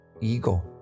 ego